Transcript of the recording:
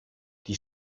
die